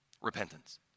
Repentance